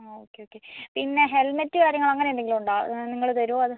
okay okay പിന്നെ helmet കാര്യങ്ങൾ അങ്ങനെ എന്തെങ്കിലും ഉണ്ടോ നിങ്ങള് തരുവോ അതോ